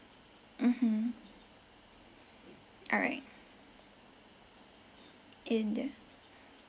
mmhmm all right in the